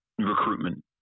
recruitment